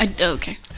Okay